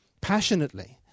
passionately